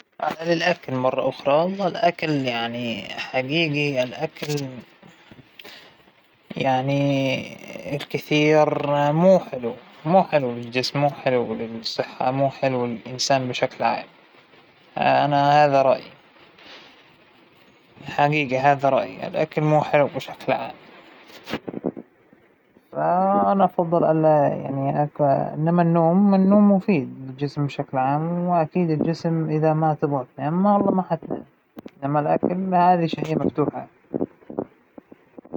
أعتقد إنى راح أختار إنى ما أكون مضطرة أكل، لأن الأكل نشان ما أسمن بس، لكن النوم ترى النوم أجمل شى فى الحياة، تخليك تفصل عن كل شى تترك العالم باللى فى وتروح خلاص، عالم أحلام جديد بتشوف فيه ال الأشياء اللى ما قدرت تسويها وانت صاحى، لكن القدرة على الأكل خلاص ما أبيها.